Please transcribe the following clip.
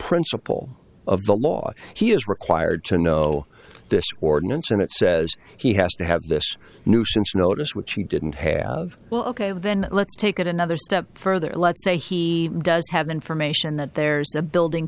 principle of the law he is required to know this ordinance and it says he has to have this nuisance notice which he didn't have well ok then let's take it another step further let's say he does have information that there's a building